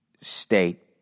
state